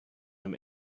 him